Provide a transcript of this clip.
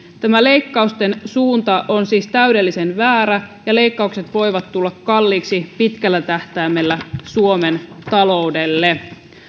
tämä leikkausten suunta on siis täydellisen väärä ja leikkaukset voivat tulla pitkällä tähtäimellä kalliiksi suomen taloudelle